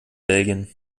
belgien